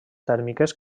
tèrmiques